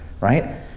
right